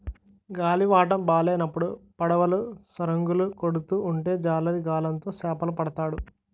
గాలివాటము బాలేనప్పుడు పడవలు సరంగులు కొడుతూ ఉంటే జాలరి గాలం తో చేపలు పడతాడు